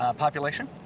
ah population?